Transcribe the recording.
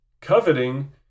coveting